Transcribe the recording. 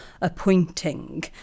appointing